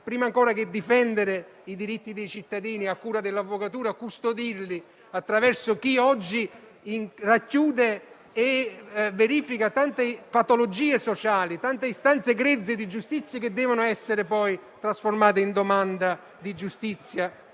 prima ancora che difendere i diritti dei cittadini a cura dell'avvocatura, qui bisogna custodirli da parte di chi oggi racchiude e verifica tante patologie sociali e tante istanze grezze di giustizia che devono essere trasformate in domanda di giustizia